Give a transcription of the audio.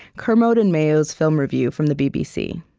kermode and mayo's film review from the bbc.